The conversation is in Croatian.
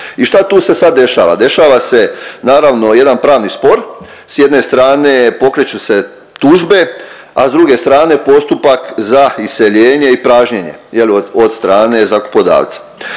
I šta tu se sad dešava? Dešava se naravno jedan pravni spor, s jedne strane pokreću se tužbe, a s druge strane postupak za iseljenje i pražnjenje je li od strane zakupodavca.